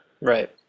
Right